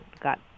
got